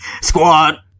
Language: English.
Squad